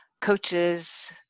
coaches